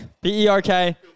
B-E-R-K